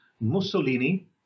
mussolini